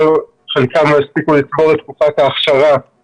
שחלקם לא הספיקו לגמור את תקופת ההכשרה,